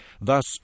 thus